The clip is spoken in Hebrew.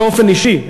באופן אישי,